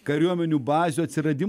kariuomenių bazių atsiradimą